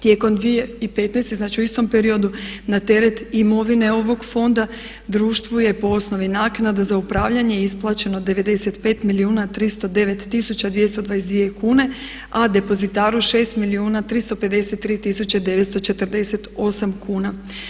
Tijekom 2015. znači u istom periodu na teret imovine ovog fonda društvu je po osnovi naknada za upravljanje isplaćeno 95 milijuna 309 tisuća 222 kune a depozitaru 6 milijuna 353 tisuće 948 kuna.